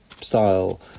style